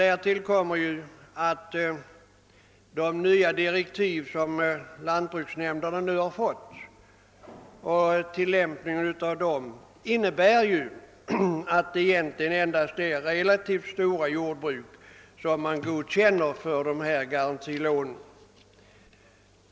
Därtill kommer ju att de nya direktiv som lantbruksnämnderna nu har fått och tillämpningen av dem innebär, att det egentligen endast är relativt stora jordbruk som lantbruksnämnderna godkänner för dessa garantilån.